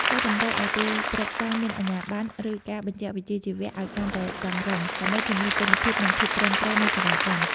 ហើយតម្រូវឱ្យទីប្រឹក្សាមានអាជ្ញាប័ណ្ណ ឬការបញ្ជាក់វិជ្ជាជីវៈអោយកាន់តែតឹងរ៉ឹង ដើម្បីធានាគុណភាព និងភាពត្រឹមត្រូវនៃសេវាកម្ម។